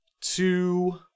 two